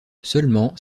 seulement